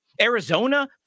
Arizona